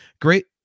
great